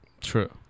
True